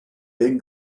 big